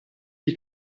gli